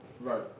Right